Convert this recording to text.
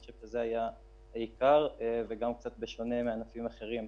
אני חושב שזה היה העיקר וגם קצת בשונה מענפים אחרים,